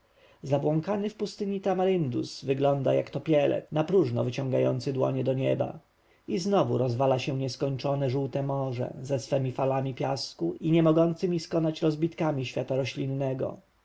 zabłąkany w pustyni tamaryndus wygląda jak topielec napróżno wyciągający dłonie do nieba i znowu rozwala się nieskończone żółte morze ze swemi falami piasku i nie mogącemi skonać rozbitkami świata roślinnego nagle